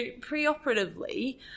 pre-operatively